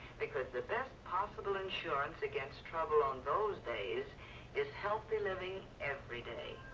because the best possible insurance against trouble on those days is healthy living every day.